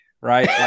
right